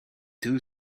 two